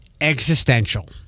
existential